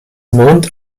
mond